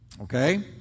okay